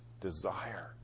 desire